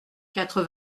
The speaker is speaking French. quatre